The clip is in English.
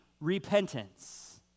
repentance